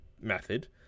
method